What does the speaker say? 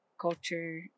culture